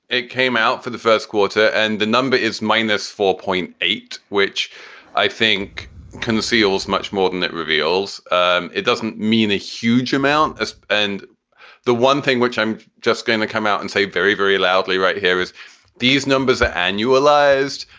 it came out for the first quarter and the number is minus four point eight, which i think conceals much more than it reveals. um it doesn't mean a huge amount. and the one thing which i'm just going to come out and say very, very loudly right here is these numbers are annualized.